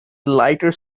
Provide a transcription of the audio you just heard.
lighter